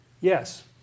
Yes